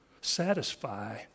satisfy